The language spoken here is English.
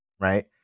right